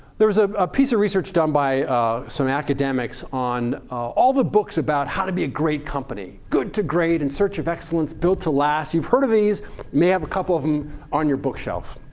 there was ah a piece of research done by some academics on all the books about how to be a great company. good to great, in search of excellence, built to last. you've heard of these. you may have a couple of them on your bookshelf.